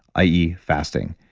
i e, fasting.